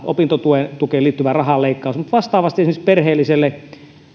opintotukeen liittyvä rahan leikkaus mutta vastaavasti esimerkiksi perheellisille